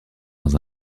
dans